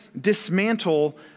dismantle